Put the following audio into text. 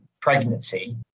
pregnancy